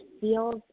feels